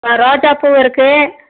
ஆ ரோஜா பூ இருக்குது